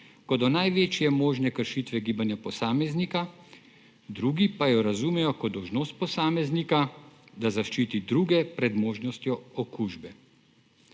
do največje možne kršitve gibanja posameznika, drugi pa jo razumejo kot dolžnost posameznika, da zaščiti druge pred možnostjo okužbe.